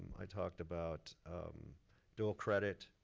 i talked about dual credit.